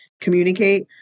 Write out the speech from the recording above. communicate